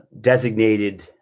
designated